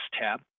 tab